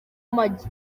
amagi